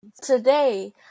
Today